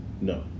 No